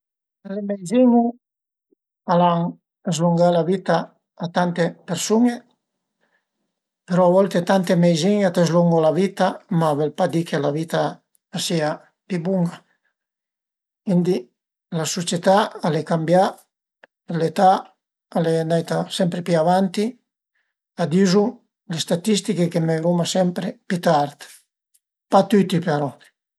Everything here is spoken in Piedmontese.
Le meizin-e al an zlungà la vita a tante persun-e, però a volte tante meizin-e a te zlungu la vita, ma a völ pa di che la vita a sia pi bun-a, cuindi la sucietà al e cambià, l'età al e andaita sempre pi avanti, a dizu le statistiche che möiruma sempre pi tard, pa tüti però